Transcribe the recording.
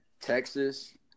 Texas